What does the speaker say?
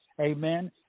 amen